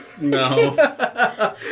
No